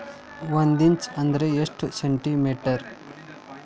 ಒಂದಿಂಚು ಅಂದ್ರ ಎಷ್ಟು ಸೆಂಟಿಮೇಟರ್?